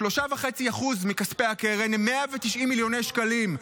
3.5% מכספי הקרן הם 190 מיליוני שקלים.